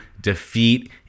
defeat